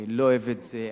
אני לא אוהב את זה,